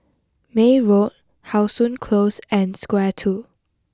May Road how Sun close and square two